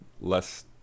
less